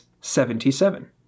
seventy-seven